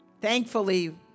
Thankfully